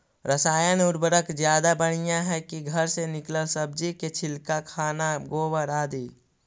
रासायन उर्वरक ज्यादा बढ़िया हैं कि घर से निकलल सब्जी के छिलका, खाना, गोबर, आदि?